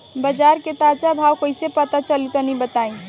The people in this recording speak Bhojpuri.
बाजार के ताजा भाव कैसे पता चली तनी बताई?